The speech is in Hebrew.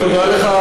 תודה לך.